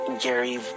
gary